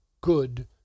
good